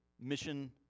mission